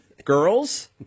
Girls